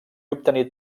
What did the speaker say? obtenir